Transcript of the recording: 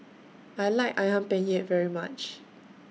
I like Ayam Penyet very much